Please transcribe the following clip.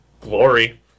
glory